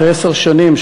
אחרי עשר שנים,